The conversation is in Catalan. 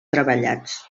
treballats